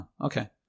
Okay